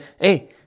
hey